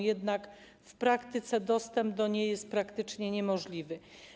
Jednak w praktyce dostęp do niej jest praktycznie niemożliwy.